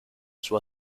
sua